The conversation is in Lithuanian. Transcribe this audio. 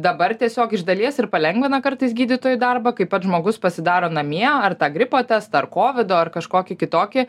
dabar tiesiog iš dalies ir palengvina kartais gydytojų darbą kai pats žmogus pasidaro namie ar tą gripo testą ar kovido ar kažkokį kitokį